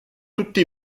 tutti